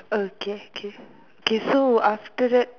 okay k k so after that